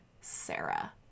Sarah